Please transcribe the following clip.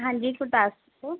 ਹਾਂਜੀ ਗੁਰਦਾਸਪੁਰ